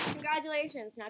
Congratulations